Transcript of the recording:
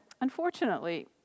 unfortunately